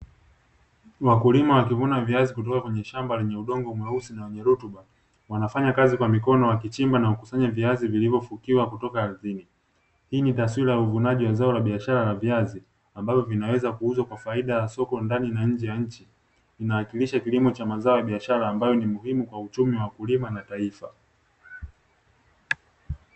Wakulima wakivuna viazi kutoka kwenye shamba lenye udongo mweusi na wenye rutuba wanafanya kazi kwa mikono wakichimba na kukusanya viazi vilivyofukiwa kutoka aridhini; hii ni taswira ya uvunaji wa zao la biashara la viazi ambavyo vinaweza kuuzwa kwa faida ya soko ndani na nje ya nchi, inawakilisha kilimo cha mazao ya biashara ambayo ni muhimu kwa uchimi wa wakulima na taifa.